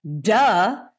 duh